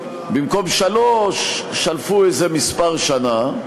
שבמקום שלוש שלפו איזה מספר, שנה?